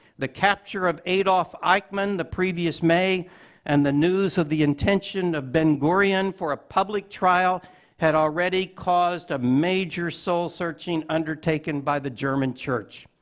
the capture of adolf eichmann the previous may and the news of the intention of ben-gurion for a public trial had already caused a major soul searching undertaken by the german church.